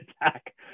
attack